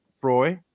froy